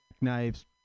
knives